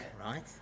Right